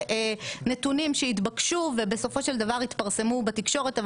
נתונים שהתבקשו ובסופו של דבר התפרסמו בתקשורת,